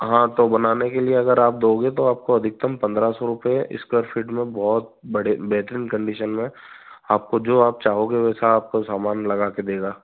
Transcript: हाँ तो बनाने के लिए अगर आप दोगे तो आपको अधिकतम पंद्रह सौ रुपये स्क्वायर फीट में बहुत बड़े बेहतरीन कन्डीशन में आपको जो आप चाहोगे वैसा आपको सामान लगाकर देगा